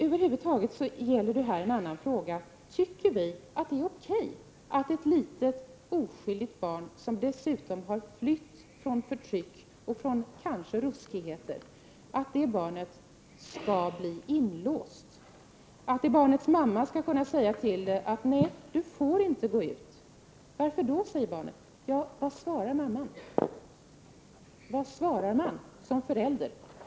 Över huvud taget gäller detta en annan fråga: Tycker vi att det är okej att ett litet oskyldigt barn, som dessutom har flytt från förtryck och kanske från ruskigheter, skall bli inlåst? Skall det barnets mamma kunna säga: ”Du får inte gå ut.””? Vad svarar den mamman när barnet frågar varför? Vad svarar man som förälder?